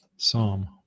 Psalm